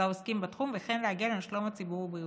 העוסקים בתחום וכן להגן על שלום הציבור ובריאותו.